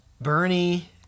Bernie